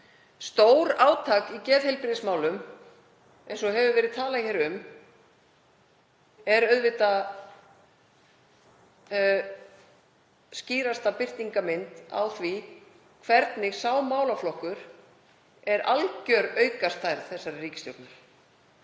Stórátak í geðheilbrigðismálum, eins og hefur verið talað um, er auðvitað skýrasta birtingarmynd þess hvernig sá málaflokkur er alger aukastærð þessarar ríkisstjórnar.